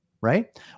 Right